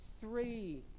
three